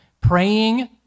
praying